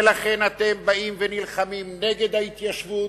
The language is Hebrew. ולכן אתם באים ונלחמים נגד ההתיישבות.